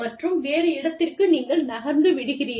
மற்றும் வேறு இடத்திற்கு நீங்கள் நகர்ந்து விடுகிறீர்கள்